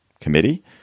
committee